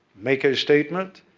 make a statement.